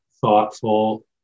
thoughtful